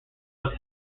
was